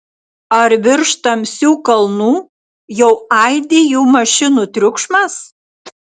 ar virš tamsių kalnų jau aidi jų mašinų triukšmas